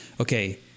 okay